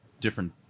Different